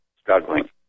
struggling